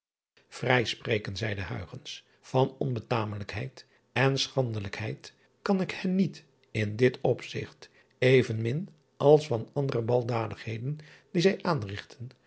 zou rijspreken zeide van onbetamelijkheid en schandelijkheid kan ik hen niet in dit opzigt evenmin als van andere balddadigheden die zij